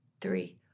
three